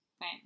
right